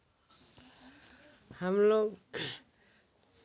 हम लोग